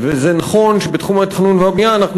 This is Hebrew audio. וזה נכון שבתחום התכנון והבנייה אנחנו